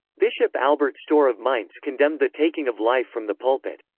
bishop albert stohr of mainz condemned the taking of life from the pulpit.